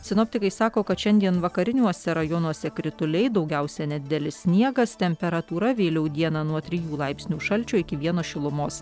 sinoptikai sako kad šiandien vakariniuose rajonuose krituliai daugiausia nedidelis sniegas temperatūra vėliau dieną nuo trijų laipsnių šalčio iki vieno šilumos